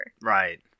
Right